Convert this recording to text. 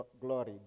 glory